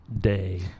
day